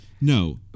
No